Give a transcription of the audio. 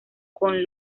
con